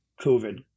covid